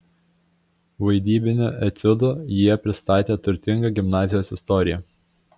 vaidybiniu etiudu jie pristatė turtingą gimnazijos istoriją